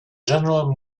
general